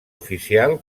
oficial